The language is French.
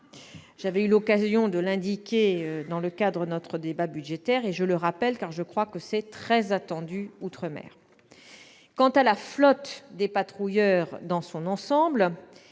J'avais eu l'occasion de l'indiquer dans le cadre du débat budgétaire ; je le rappelle, car je crois que cette décision est très attendue outre-mer. Quant à la flotte des patrouilleurs dans son ensemble,